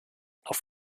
auf